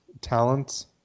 talents